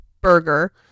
burger